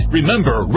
Remember